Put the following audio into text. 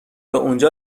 اونجا